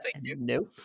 Nope